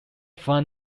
from